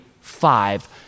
five